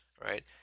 right